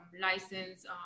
license